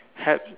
help